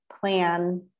plan